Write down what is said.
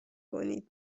کنید